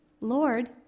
Lord